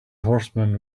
horsemen